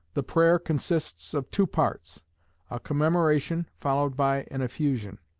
the prayer consists of two parts a commemoration, followed by an effusion.